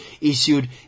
issued